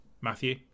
Matthew